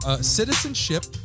citizenship